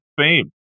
Fame